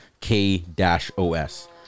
K-O-S